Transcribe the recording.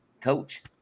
coach